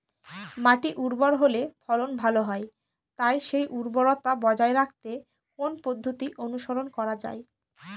মাটি উর্বর হলে ফলন ভালো হয় তাই সেই উর্বরতা বজায় রাখতে কোন পদ্ধতি অনুসরণ করা যায়?